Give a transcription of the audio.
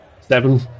Seven